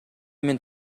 мен